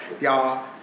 y'all